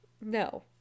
No